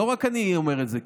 לא רק אני אומר את זה,